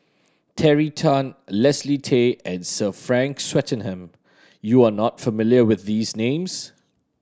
Terry Tan Leslie Tay and Sir Frank Swettenham you are not familiar with these names